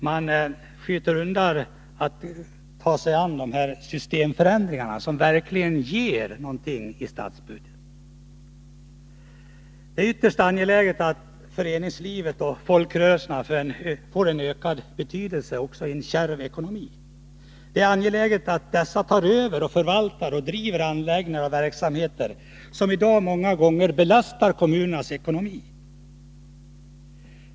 Man underlåter att ta sig an dessa systemförändringar, som ju verkligen ger någonting i statsbudgeten. Det är ytterst angeläget att föreningslivet och folkrörelserifå får en ökad betydelse också i en kärv ekonomi. Det är angeläget att dessa tar över, förvaltar och driver anläggningar och verksamheter, som i dag många gånger belastar kommunernas ekonomi.